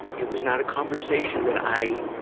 it was not a conversation that i,